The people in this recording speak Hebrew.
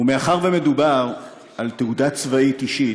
ומאחר שמדובר על תעודה צבאית אישית,